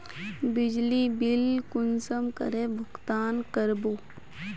बिजली बिल कुंसम करे भुगतान कर बो?